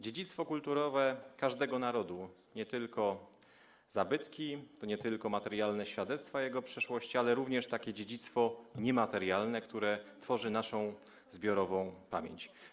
Dziedzictwo kulturowe każdego narodu to nie tylko zabytki, to nie tylko materialne świadectwa jego przeszłości, ale również takie dziedzictwo niematerialne, które tworzy naszą zbiorową pamięć.